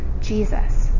Jesus